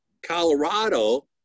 Colorado